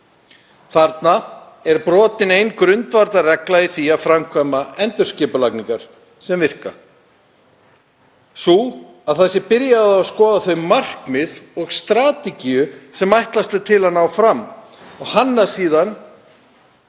Þarna er brotin ein grundvallarregla í því að framkvæma endurskipulagningu sem virkar, sú að það sé byrjað á að skoða þau markmið og strategíu sem ætlast er til að ná fram og hanna síðan